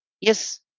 yes